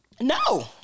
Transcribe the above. No